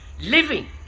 living